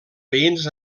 veïns